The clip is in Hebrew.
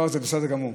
לא, זה בסדר גמור.